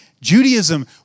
Judaism